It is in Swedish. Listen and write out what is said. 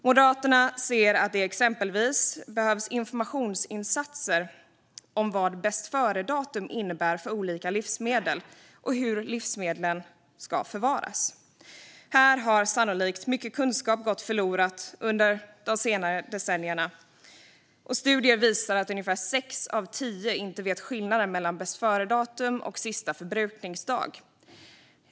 Moderaterna ser att det exempelvis behövs informationsinsatser om vad bästföredatum innebär för olika livsmedel och hur livsmedlen ska förvaras. Här har sannolikt mycket kunskap gått förlorad under senare decennier. Studier visar att ungefär sex av tio inte vet skillnaden mellan bästföredatum och sista förbrukningsdag.